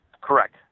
Correct